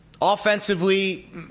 Offensively